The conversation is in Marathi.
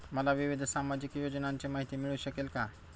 मला विविध सामाजिक योजनांची माहिती मिळू शकेल का?